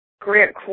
grant